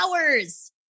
hours